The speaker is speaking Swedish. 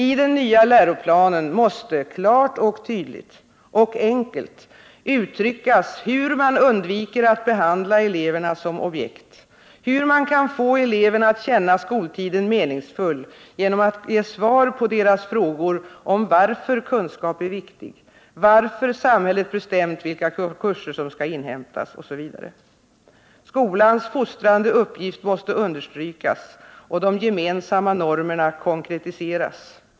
I den nya läroplanen måste klart och tydligt — och enkelt — uttryckas hur man undviker att behandla eleverna som objekt, hur man kan få eleverna att känna skoltiden meningsfull genom att ge svar på deras frågor om varför kunskap är viktig, varför samhället bestämt vilka kurser som skall inhämtas etc. Skolans fostrande uppgift måste understrykas, och de gemensamma normerna konkretiseras.